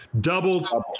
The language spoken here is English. doubled